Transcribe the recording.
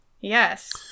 Yes